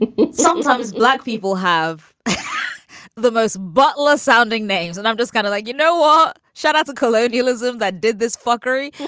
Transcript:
and sometimes black people have the most but less sounding names. and i'm just kind of like, you know. um shut up, colonialism that did this fuckery.